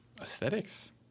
aesthetics